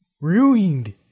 Ruined